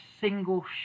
single